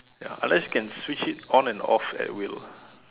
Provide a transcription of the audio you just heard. ya unless you can switch it on and off at will